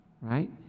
right